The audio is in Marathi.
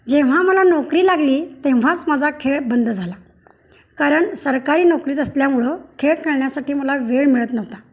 जेव्हा मला नोकरी लागली तेव्हाच माझा खेळ बंद झाला कारण सरकारी नोकरीत असल्यामुळं खेळ खेळण्यासाठी मला वेळ मिळत नव्हता